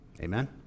Amen